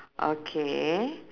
okay